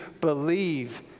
believe